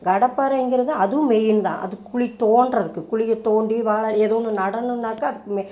கடப்பாரைங்கிறது அதுவும் மெயின் தான் அது குழி தோண்டுறதுக்கு குழியை தோண்டி வாழை ஏதோ ஒன்று நடணும்னாக்கா அதுக்கு